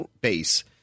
base –